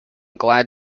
glad